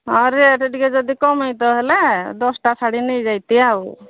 ହଁ ରେଟ୍ ଟିକେ ଯଦି କମେଇ ତ ହେଲା ଦଶଟା ଶାଢ଼ୀ ନେଇ ଯାଇତି ଆଉ